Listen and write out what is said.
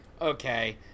okay